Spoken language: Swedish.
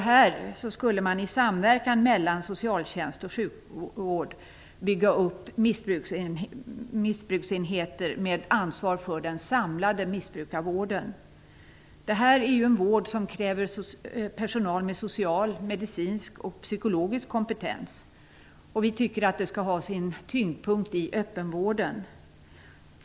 Här skulle man i samverkan mellan socialtjänst och sjukvård bygga upp missbruksenheter med ansvar för den samlade missbrukarvården. Det är ju en vård som kräver personal med social, medicinsk och psykologisk kompetens. Vi tycker att tyngdpunkten skall ligga på öppenvården.